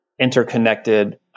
interconnected